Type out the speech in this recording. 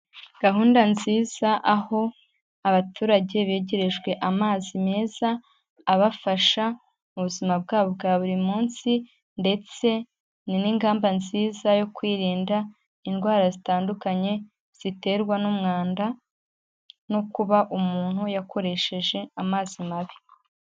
Gahunda nziza aho abaturage begerejwe amazi meza, abafasha mu buzima bwabo bwa buri munsi ndetse n'ingamba nziza yo kwirinda indwara zitandukanye ziterwa n'umwanda, no kuba umuntu yakoresheje amazi mabi.